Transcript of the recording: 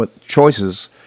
choices